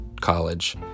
college